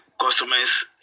customers